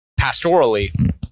Pastorally